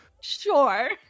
Sure